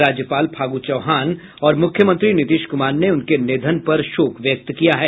राज्यपाल फागु चौहान और मुख्यमंत्री नीतीश कुमार ने उनके निधन पर शोक व्यक्त किया है